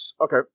Okay